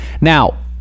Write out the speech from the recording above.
Now